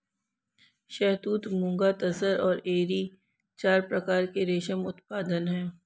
शहतूत, मुगा, तसर और एरी चार प्रकार के रेशम उत्पादन हैं